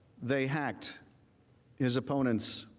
they hacked his opponents